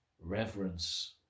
reverence